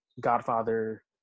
Godfather